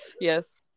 yes